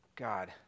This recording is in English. God